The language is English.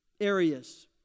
areas